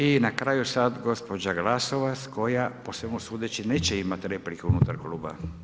I na kraju, sad gospođa Glasovac, koja po svemu sudeći neće imati repliku unutar kluba.